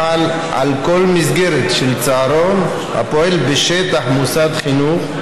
החל על כל מסגרת של צהרון הפועל בשטח מוסד חינוך,